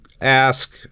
ask